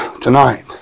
tonight